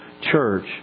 church